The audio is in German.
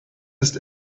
ist